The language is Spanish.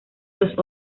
los